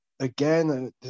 Again